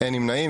אין נמנעים.